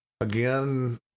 Again